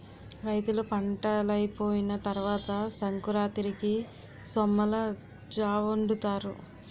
రైతులు పంటలైపోయిన తరవాత సంకురాతిరికి సొమ్మలజావొండుతారు